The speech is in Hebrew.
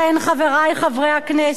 38%. חברי חברי הכנסת,